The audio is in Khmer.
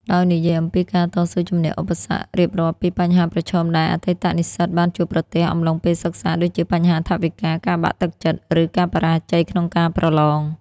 ដោយនិយាយអំពីការតស៊ូជំនះឧបសគ្គ រៀបរាប់ពីបញ្ហាប្រឈមដែលអតីតនិស្សិតបានជួបប្រទះអំឡុងពេលសិក្សា ដូចជាបញ្ហាថវិកា ការបាក់ទឹកចិត្ត ឬការបរាជ័យក្នុងការប្រឡង។